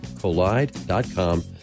Collide.com